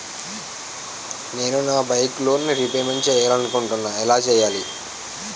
నేను నా bike loan repayment చేయాలనుకుంటున్నా ఎలా చేయాలి?